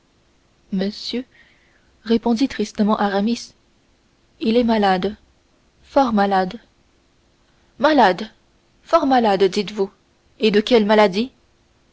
monsieur répondit tristement aramis il est malade fort malade malade fort malade dites-vous et de quelle maladie